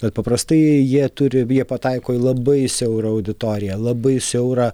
bet paprastai jie turi jie pataiko į labai siaurą auditoriją labai siaurą